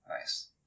Nice